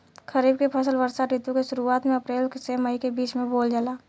खरीफ के फसल वर्षा ऋतु के शुरुआत में अप्रैल से मई के बीच बोअल जाला